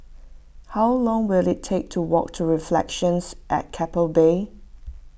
how long will it take to walk to Reflections at Keppel Bay